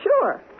Sure